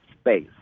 space